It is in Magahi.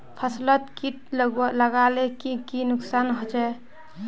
फसलोत किट लगाले की की नुकसान होचए?